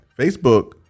Facebook